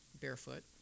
barefoot